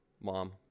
mom